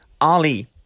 Ali